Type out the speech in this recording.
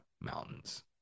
mountains